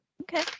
Okay